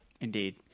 Indeed